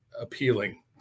appealing